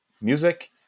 music